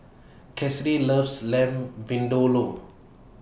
Kassidy loves Lamb Vindaloo